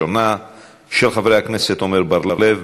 של חברי הכנסת עמר בר-לב,